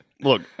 look